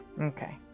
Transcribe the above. Okay